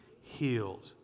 healed